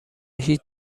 هیچ